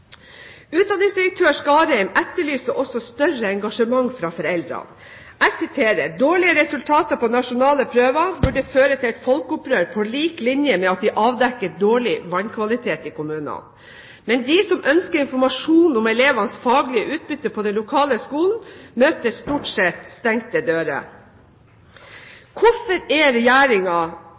Utdanningsdirektør Skarheim etterlyser også større engasjement fra foreldrene. Jeg siterer: «Dårlige resultater på nasjonale prøver burde føre til et folkeopprør på lik linje med at det avdekkes dårlig vannkvalitet i kommunen.» Men de som ønsker informasjon om elevenes faglige utbytte på den lokale skolen, møter stort sett stengte dører. Hvorfor er